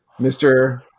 Mr